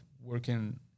working